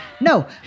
No